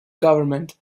government